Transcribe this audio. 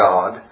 God